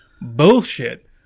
bullshit